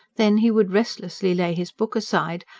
then, he would restlessly lay his book aside,